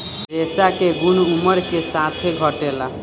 रेशा के गुन उमर के साथे घटेला